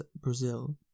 Brazil